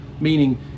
Meaning